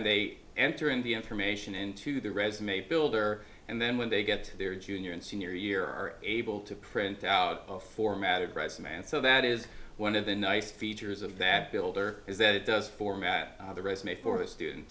and they enter in the information into the resume builder and then when they get to their junior and senior year are able to print out a formatted resume and so that is one of the nice features of that builder is that it does format the resume for the student